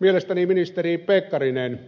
mielestäni ministeri pekkarinen